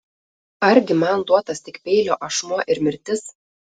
argi man duotas tik peilio ašmuo ir mirtis